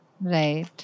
Right